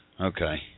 Okay